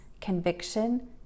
conviction